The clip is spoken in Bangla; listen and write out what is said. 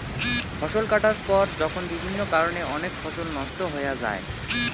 ফসল কাটার পর যখন বিভিন্ন কারণে অনেক ফসল নষ্ট হয়া যাই